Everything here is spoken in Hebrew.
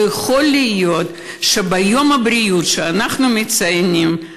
לא יכול להיות שביום הבריאות שאנחנו מציינים,